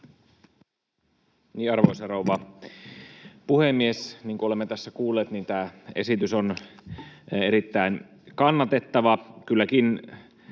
Arvoisa rouva puhemies! Niin kuin olemme tässä kuulleet, tämä esitys on erittäin kannatettava,